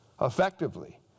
effectively